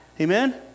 amen